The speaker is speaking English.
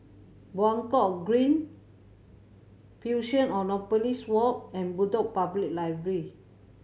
Buangkok Green Fusionopolis Walk and Bedok Public Library